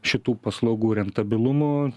šitų paslaugų rentabilumu